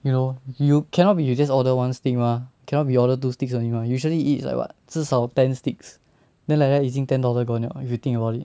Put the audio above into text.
you know you cannot be you just order one stick mah cannot be order two sticks only mah usually you eat like what 至少 ten sticks then like right 已经 ten dollar gone 了 you think about it